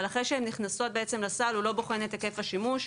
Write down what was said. אבל אחרי שהן נכנסות לסל הוא לא בוחן את היקף השימוש.